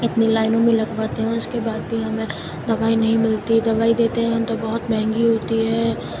اتنی لائنوں میں لگواتے ہیں اور اس کے بعد بھی ہمیں دوائی نہیں ملتی دوائی دیتے ہیں ہم تو بہت مہنگی ہوتی ہے